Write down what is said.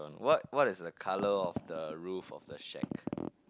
what what is the colour of the roof of the shack